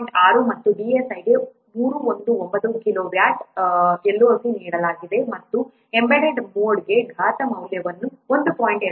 6 ಮತ್ತು DSI ಗೆ 319 kilowatt LOC ನೀಡಲಾಗಿದೆ ಮತ್ತು ಎಂಬೆಡೆಡ್ ಮೋಡ್ಗೆ ಘಾತ ಮೌಲ್ಯವು 1